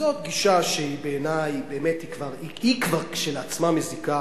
וזאת גישה שבעיני כשלעצמה כבר מזיקה,